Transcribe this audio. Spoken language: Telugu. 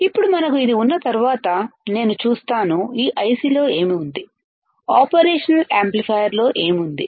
ఇప్పుడు మనకు ఇది ఉన్న తర్వాత నేను చూస్తాను ఈ ఐసిలో ఏమి ఉంది ఆపరేషన్ యాంప్లిఫైయర్లో ఏమి ఉంది